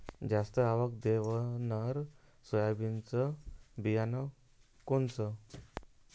जास्त आवक देणनरं सोयाबीन बियानं कोनचं?